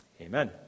amen